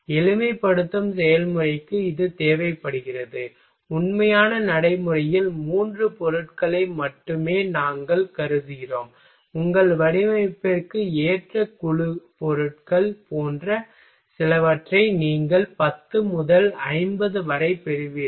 எளிமைப்படுத்தும் செயல்முறைக்கு இது தேவைப்படுகிறது உண்மையான நடைமுறையில் 3 பொருள்களை மட்டுமே நாங்கள் கருதுகிறோம் உங்கள் வடிவமைப்பிற்கு ஏற்ற குழு பொருட்கள் போன்ற சிலவற்றை நீங்கள் 10 முதல் 50 வரை பெறுவீர்கள்